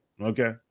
Okay